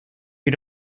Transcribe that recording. you